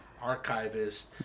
archivists